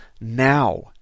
now